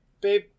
Babe